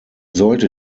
sollte